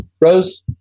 Rose